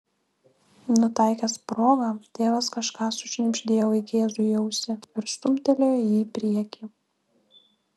nutaikęs progą tėvas kažką sušnibždėjo vaikėzui į ausį ir stumtelėjo jį į priekį